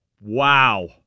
Wow